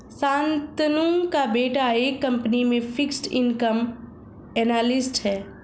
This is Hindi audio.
शांतनु का बेटा एक कंपनी में फिक्स्ड इनकम एनालिस्ट है